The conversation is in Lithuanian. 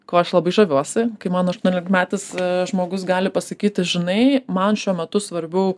kuo aš labai žaviuosi kai mano aštuoniolikmetis žmogus gali pasakyti žinai man šiuo metu svarbiau